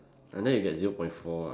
and then you get zero point four ah